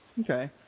Okay